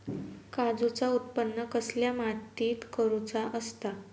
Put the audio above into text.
काजूचा उत्त्पन कसल्या मातीत करुचा असता?